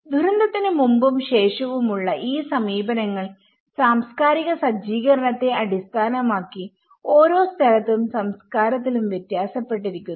ദുരന്തത്തിനു മുമ്പും ശേഷവും ഉള്ള ഈ സമീപനങ്ങൾ സാംസ്കാരിക സജ്ജീകരണത്തെ അടിസ്ഥാനമാക്കി ഓരോ സ്ഥലത്തും സംസ്കാരത്തിലും വ്യത്യാസപ്പെട്ടിരിക്കുന്നു